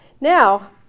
Now